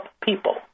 people